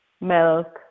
milk